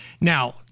now